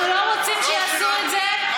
אנחנו לא רוצים שיעשו את זה,